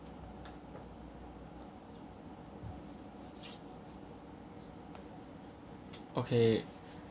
okay